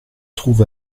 trouve